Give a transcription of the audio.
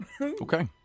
Okay